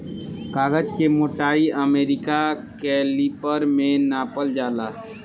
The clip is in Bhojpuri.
कागज के मोटाई अमेरिका कैलिपर में नापल जाला